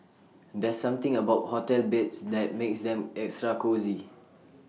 there's something about hotel beds that makes them extra cosy